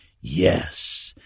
Yes